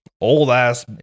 old-ass